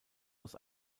aus